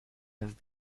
have